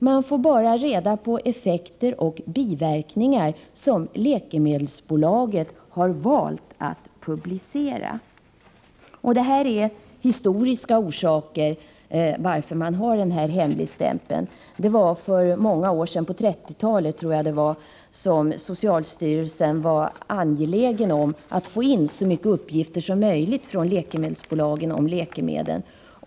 Man får bara reda på de effekter och biverkningar som resp. läkemedelsbolag valt att publicera. Orsakerna till hemligstämpeln är historiska. För många år sedan — jag tror att det var på 1930-talet — var socialstyrelsen angelägen om att få in så många uppgifter som möjligt från läkemedelsbolagen om läkemedlen.